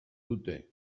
dute